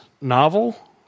novel